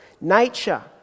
Nature